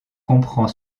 comprend